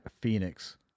Phoenix